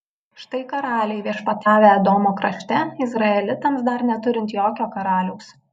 štai karaliai viešpatavę edomo krašte izraelitams dar neturint jokio karaliaus